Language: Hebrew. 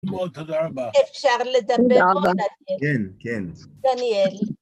תודה רבה. אפשר לדבר עוד על זה. כן, כן. דניאל.